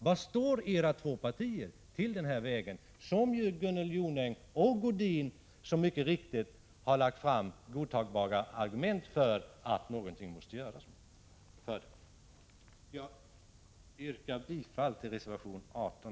Vilken inställning har era partier till väg 83? Såväl Gunnel Jonäng som Sigge Godin har ju lagt fram godtagbara argument för att någonting måste göras åt denna väg. Herr talman! Jag yrkar bifall till reservation 18.